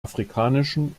afrikanischen